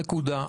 נקודה.